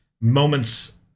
Moments